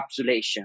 encapsulation